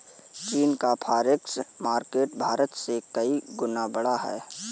चीन का forex market Bharat से कई गुना बड़ा है